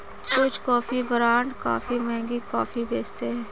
कुछ coffee brand काफी महंगी कॉफी बेचते हैं